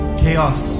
chaos